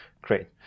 Great